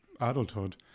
adulthood